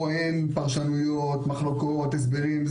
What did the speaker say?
פה אין פרשנויות, מחלוקות, הסברים.